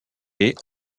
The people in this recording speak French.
est